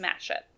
mashup